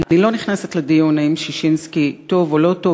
אני לא נכנסת לדיון אם ששינסקי טוב או לא טוב,